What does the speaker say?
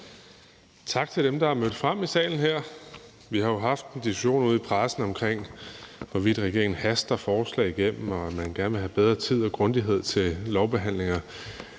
tak til dem, der er mødt frem her i salen. Vi har jo haft en diskussion ude i pressen om, hvorvidt regeringen haster forslag igennem, og at man gerne vil have bedre tid og grundighed til lovbehandlinger.